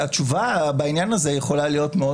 והתשובה בעניין הזה יכולה להיות מאוד